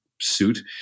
suit